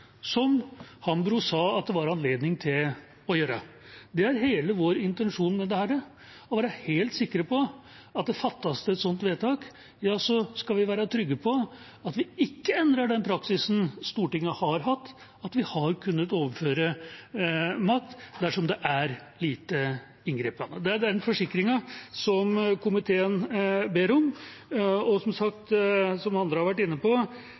som Hambro sa at det var anledning til å gjøre. Det er hele vår intensjon med dette: å være helt sikre på at fattes det et sånt vedtak, skal vi være trygge på at vi ikke endrer den praksisen Stortinget har hatt – at vi har kunnet overføre makt dersom det er «lite inngripende». Det er den forsikringen komiteen ber om. Som sagt, og som andre har vært inne på,